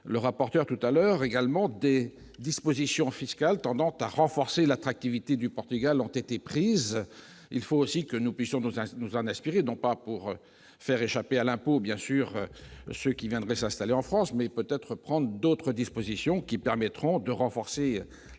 le rapporteur tout-à-l'heure également des dispositions fiscales tendant à renforcer l'attractivité du Portugal ont été prises, il faut aussi que nous puissions nous en inspirer donc pas pour faire échapper à l'impôt, bien sûr, ce qui viendrait s'installer en France mais peut-être prendre d'autres dispositions qui permettront de renforcer